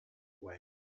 away